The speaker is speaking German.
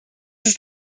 ist